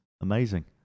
amazing